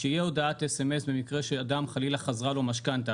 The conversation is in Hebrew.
שתהיה הודעת SMS במקרה שאדם חלילה חזרה לו משכנתא.